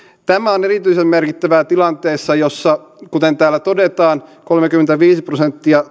tämä on erityisen merkittävää tilanteessa jossa kuten täällä todetaan kolmekymmentäviisi prosenttia